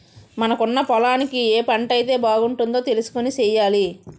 మనకున్న పొలానికి ఏ పంటైతే బాగుంటదో తెలుసుకొని సెయ్యాలి